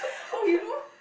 oh you know